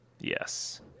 Yes